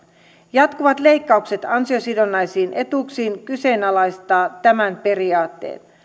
jatkuvat leikkaukset ansiosidonnaisiin etuuksiin kyseenalaistavat tämän periaatteen